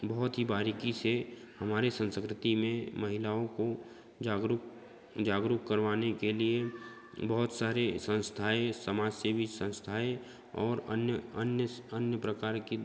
बहुत ही बारीकी से हमारे संस्कृति में महिलाओं को जागरूक जागरूक करवाने के लिए बहुत सारे संस्थाएँ समाज सेवी संस्थाएँ और अन्य अन्य अन्य प्रकार की